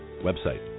website